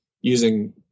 using